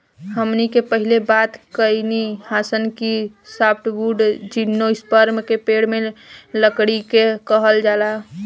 हमनी के पहिले बात कईनी हासन कि सॉफ्टवुड जिम्नोस्पर्म के पेड़ के लकड़ी के कहल जाला